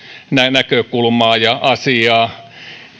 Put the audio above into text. näkökulmaa ja asiaa